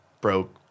broke